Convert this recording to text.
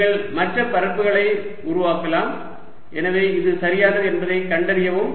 நீங்கள் மற்ற பரப்புகளை உருவாக்கலாம் எனவே இது சரியானது என்பதைக் கண்டறியவும்